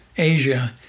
Asia